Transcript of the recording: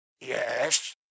Yes